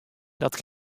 dat